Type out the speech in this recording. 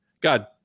God